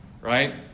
Right